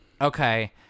Okay